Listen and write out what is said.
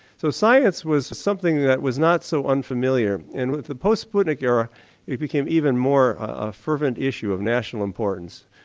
so science was something that was not so unfamiliar and with the post sputnik era it became even more a fervent issue of national importance.